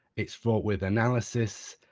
it's fraught with analysis,